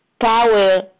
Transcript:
power